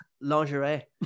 lingerie